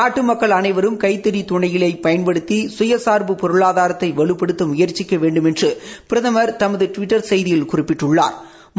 நாட்டு மக்கள் அனைவரும் கைத்தறி துணிகளை பயன்படுத்தி கய சாா்பு பொருளாதாரத்தை வலுப்படுத்த முயற்சிக்க வேண்டுமென்று பிரதமா் தமது டுவிட்டா் செய்தியில் குறிப்பிட்டுள்ளா்